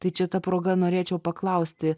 tai čia ta proga norėčiau paklausti